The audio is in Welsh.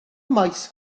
maes